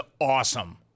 awesome